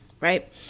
right